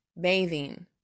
bathing